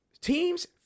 teams